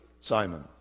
Simon